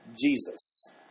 Jesus